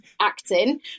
acting